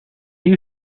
you